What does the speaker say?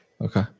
Okay